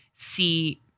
See